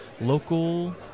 local